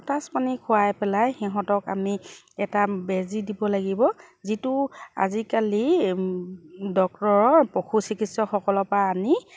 potash পানী খুৱাই পেলাই সিহঁতক আমি এটা বেজি দিব লাগিব যিটো আজিকালি ডক্টৰৰ পশু চিকিৎসকসকলৰ পৰা আনি